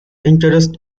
interest